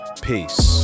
Peace